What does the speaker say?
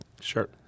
Sure